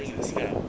真是